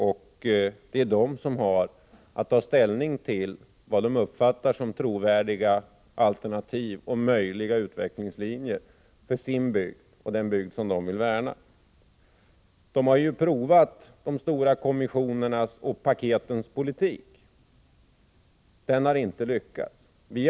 Det är folket i Bergslagen som har att ta ställning till vad de uppfattar som trovärdiga alternativ och möjliga utvecklingslinjer för sin bygd och den bygd som de vill värna. De har provat de stora kommissionernas och paketens politik. Den har inte lyckats.